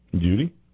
judy